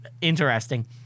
interesting